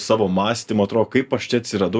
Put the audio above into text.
savo mąstymu atrodo kaip aš čia atsiradau